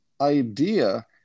idea